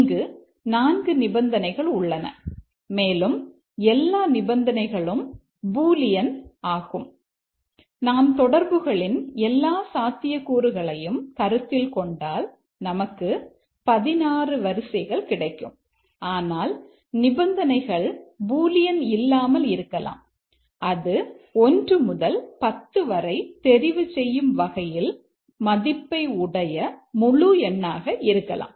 இங்கு 4 நிபந்தனைகள் உள்ளன மேலும் எல்லா நிபந்தனைகளும் பூலியன் இல்லாமல் இருக்கலாம் அது 1 முதல் 10 வரை தெரிவு செய்யும் வகையில் மதிப்பை உடைய முழு எண்ணாக இருக்கலாம்